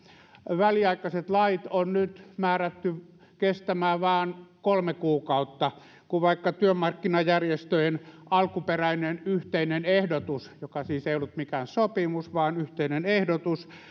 väliaikaiset lait on nyt määrätty kestämään vain kolme kuukautta vaikka työmarkkinajärjestöjen alkuperäinen yhteinen ehdotus joka siis ei ollut mikään sopimus vaan yhteinen ehdotus